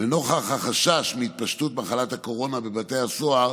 ונוכח החשש מהתפשטות מחלת הקורונה בבתי הסוהר